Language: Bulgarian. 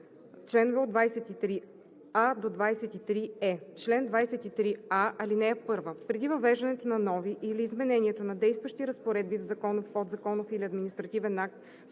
чл. 23а – 23е: „Чл. 23а. (1) Преди въвеждането на нови или изменението на действащи разпоредби в законов, подзаконов или административен акт,